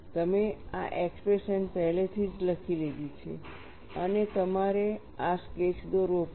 તમે આ એક્સપ્રેશન પહેલેથી જ લખી લીધી છે અને તમારે આ સ્કેચ દોરવો પડશે